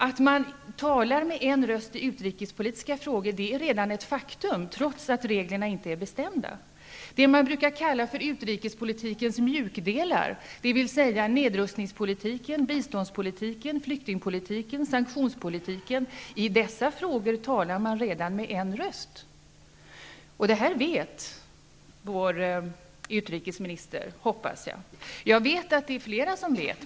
Att man talar med en röst i utrikespolitiska frågor är redan ett faktum, trots att reglerna inte är bestämda. Det man brukar kalla utrikespolitikens mjukdelar, dvs. nedrustningspolitiken, biståndspolitiken, flyktingpolitiken och sanktionspolitiken -- om dessa områden talar man redan med en röst. Jag hoppas att vår utrikesminister vet om detta. Jag vet att det finns flera som vet.